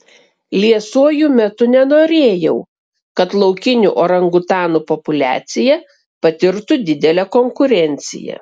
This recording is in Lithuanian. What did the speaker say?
liesuoju metu nenorėjau kad laukinių orangutanų populiacija patirtų didelę konkurenciją